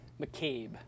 McCabe